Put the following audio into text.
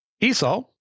Esau